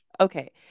Okay